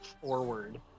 forward